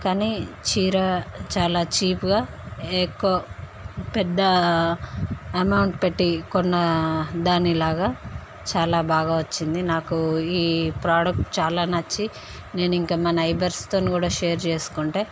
కానీ చీర చాలా చీప్గా ఎక్కువ పెద్ద అమౌంట్ పెట్టి కొన్న దానిలాగ చాలా బాగా వచ్చింది నాకు ఈ ప్రాడక్ట్ చాలా నచ్చి నేను ఇంకా మా నైబర్స్తో కూడా షేర్ చేసుకుంటే